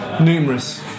numerous